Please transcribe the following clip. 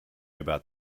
about